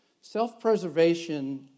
Self-preservation